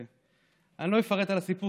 לא אפרט על הסיפור,